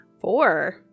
Four